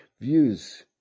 views